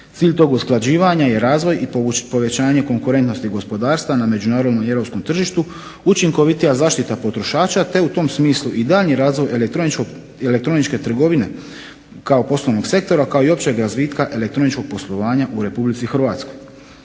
Cilj tog usklađivanja je razvoj i povećanje konkurentnosti gospodarstva na međunarodnom i europskom tržištu, učinkovitija zaštita potrošača, te u tom smislu i daljnji razvoj elektroničke trgovine kao poslovnog sektora, kao i općeg razvitka elektroničkog poslovanja u Republici Hrvatskoj.